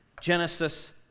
Genesis